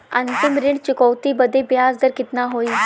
अंतिम ऋण चुकौती बदे ब्याज दर कितना होई?